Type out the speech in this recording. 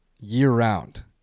year-round